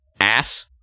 ass